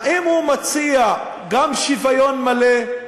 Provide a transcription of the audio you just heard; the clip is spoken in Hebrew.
האם הוא מציע גם שוויון מלא?